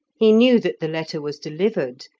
he knew that the letter was delivered,